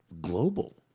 global